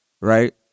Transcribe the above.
right